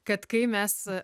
kad kai mes